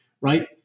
right